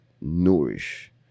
nourish